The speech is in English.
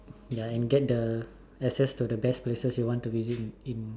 ya and get the excess to the best places you want to visit in in